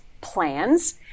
Plans